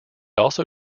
also